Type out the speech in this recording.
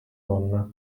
donna